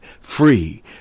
free